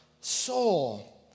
soul